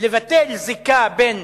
לבטל זיקה בין